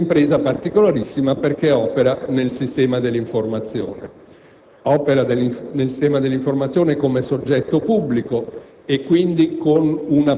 È in questo senso che ho posto il problema della RAI nel Governo e che ho sollecitato un intervento.